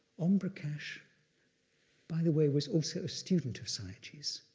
om prakash by the way was also a student of sayagyi's.